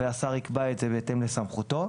והשר יקבע את זה בהתאם לסמכותו.